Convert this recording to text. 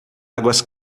águas